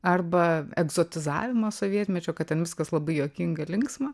arba egzotizavimą sovietmečio kad ten viskas labai juokinga ir linksma